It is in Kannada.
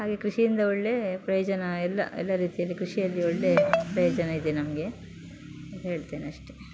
ಹಾಗೆ ಕೃಷಿ ಇಂದ ಒಳ್ಳೆ ಪ್ರಯೋಜನ ಎಲ್ಲ ಎಲ್ಲ ರೀತಿಯಲ್ಲಿ ಕೃಷಿಯಲ್ಲಿ ಒಳ್ಳೆ ಪ್ರಯೋಜನ ಇದೆ ನಮಗೆ ಹೇಳ್ತೇನೆ ಅಷ್ಟೇ